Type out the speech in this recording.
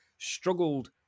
struggled